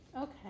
Okay